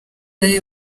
zari